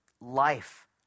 life